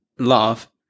love